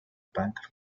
punk